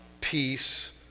peace